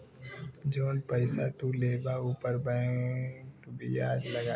जौन पइसा तू लेबा ऊपर बैंक बियाज लगाई